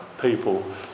people